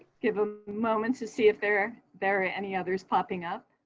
give a moment to see if there there are any others popping up.